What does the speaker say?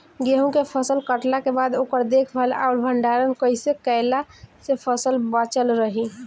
गेंहू के फसल कटला के बाद ओकर देखभाल आउर भंडारण कइसे कैला से फसल बाचल रही?